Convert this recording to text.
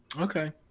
Okay